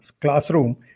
classroom